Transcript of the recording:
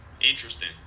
Interesting